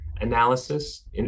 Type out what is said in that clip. analysis